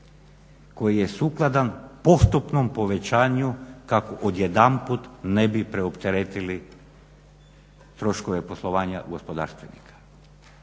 koji je sukladan postupnom povećanju kako odjedanput ne bi preopteretili troškove poslovanja gospodarstvenika.